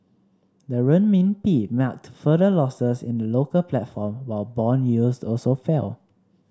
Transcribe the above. the Renminbi marked further losses in the local platform while bond yields also fell